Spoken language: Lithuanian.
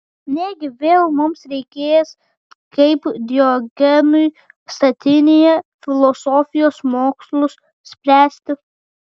negi vėl mums reikės kaip diogenui statinėje filosofijos mokslus spręsti